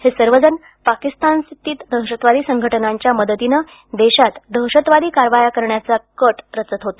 हे सर्वजण पाकिस्तानस्थित दहशतवादी संघटनांच्या मदतीनं देशात दहशतवादी कारवाया करण्याचा कट करत होते